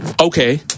okay